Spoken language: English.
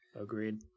Agreed